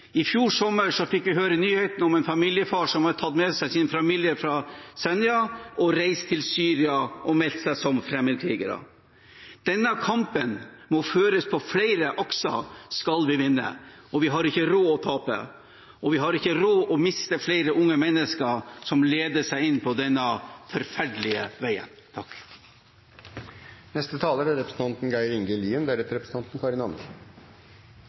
I fjor sommer fikk vi nyheten om en familiefar som hadde tatt med seg sin familie fra Senja og reist til Syria og meldt seg som fremmedkriger. Denne kampen må føres langs flere akser skal vi vinne. Vi har ikke råd til å tape, og vi har ikke råd til å miste flere unge mennesker som ledes inn på denne forferdelige veien. Eg vil starte med å takke interpellanten for å reise ei viktig problemstilling. Temaet er